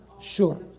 Sure